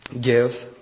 give